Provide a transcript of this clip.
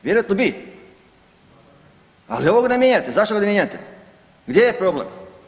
Vjerojatno bi ali ovoga ne mijenjate, zašto ga ne mijenjate, gdje je problem?